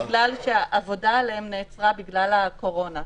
בגלל שהעבודה עליהן נעצרה בגלל הקורונה.